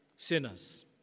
Sinners